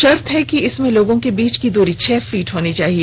शर्त है कि इसमें लोगों के बीच की दूरी छह फीट होनी चाहिए